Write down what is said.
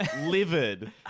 livid